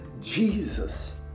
Jesus